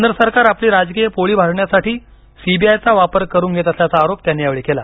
केंद्र सरकार आपली राजकीय पोळी भाजण्यासाठी सीबीआयचा वापर करून घेत असल्याचा आरोप त्यांनी यावेळी केला